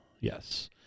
Yes